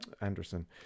Anderson